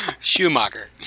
Schumacher